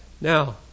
Now